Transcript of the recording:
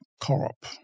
corrupt